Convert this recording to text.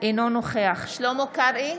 אינו נוכח שלמה קרעי,